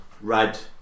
red